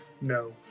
No